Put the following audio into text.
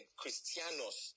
christianos